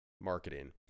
marketing